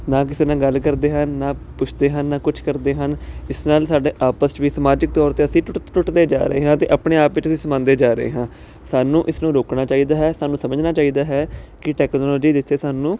ਨਾ ਕਿਸੇ ਨੇ ਗੱਲ ਕਰਦੇ ਹਨ ਨਾ ਪੁੱਛਦੇ ਹਨ ਨਾ ਕੁਝ ਕਰਦੇ ਹਨ ਇਸ ਨਾਲ ਸਾਡੇ ਆਪਸ ਚ ਵੀ ਸਮਾਜਿਕ ਤੌਰ ਤੇ ਅਸੀਂ ਟੁੱਟ ਟੁੱਟਦੇ ਜਾ ਰਹੇ ਹਾਂ ਤੇ ਆਪਣੇ ਆਪ ਵਿੱਚ ਹੀ ਸਮਾਦੇ ਜਾ ਰਹੇ ਹਾਂ ਸਾਨੂੰ ਇਸ ਨੂੰ ਰੋਕਣਾ ਚਾਹੀਦਾ ਹੈ ਸਾਨੂੰ ਸਮਝਣਾ ਚਾਹੀਦਾ ਹੈ ਕਿ ਟੈਕਨੋਲੋਜੀ ਦੇ ਜਿੱਥੇ ਸਾਨੂੰ